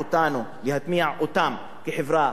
כחברה ערבית,